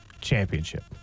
championship